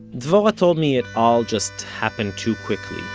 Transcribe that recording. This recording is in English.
dvorah told me it all just happened too quickly,